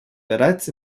bereits